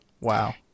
wow